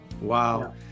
Wow